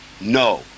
no